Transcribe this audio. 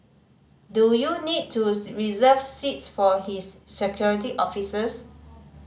do you need to reserve seats for his Security Officers